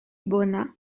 bona